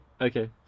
okay